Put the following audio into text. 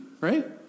right